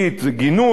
זה גינוי.